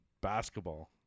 basketball